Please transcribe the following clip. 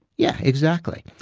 yeah exactly.